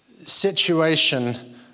situation